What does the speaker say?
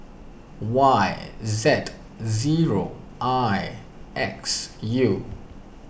Y Z zero I X U